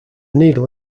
needle